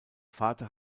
vater